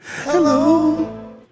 Hello